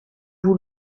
vous